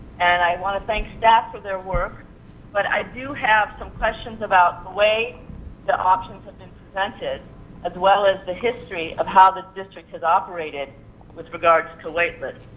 and i want to thank staff for their work that but i do have some questions about the way the options have been presented as well as the history of how the district has operated with regards to waitlist.